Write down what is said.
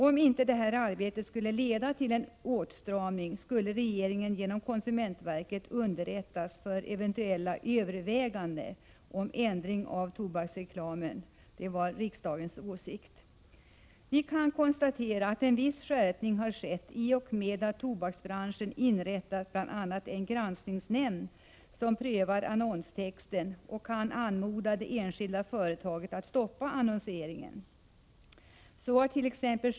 Om inte detta arbete skulle leda till en åtstramning, skulle regeringen genom konsumentverket underrättas för eventuella överväganden om ändring av tobaksreklamen. Det var riksdagens åsikt. Vi kan konstatera att en viss skärpning har skett i och med att tobaksbranschen inrättat bl.a. en granskningsnämnd, som prövar annonstexten och kan anmoda det enskilda företaget att stoppa annonseringen. Så hart.ex.